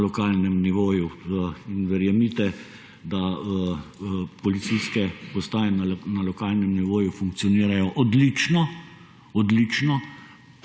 na lokalnem nivoju in verjemite, da policijske postaje na lokalnem nivoju funkcionirajo odlično, povezane